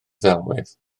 ddelwedd